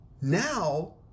Now